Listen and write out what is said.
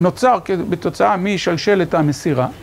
נוצר בתוצאה מי ישלשל את המסירה.